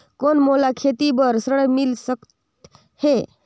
कौन मोला खेती बर ऋण मिल सकत है?